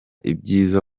ibyiza